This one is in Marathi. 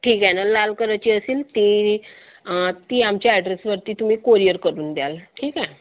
ठीक आहे ना लाल कलरची असेल ती ती आमच्या ॲड्रेसवरती तुम्ही कोरिअर करून द्याल ठीक आहे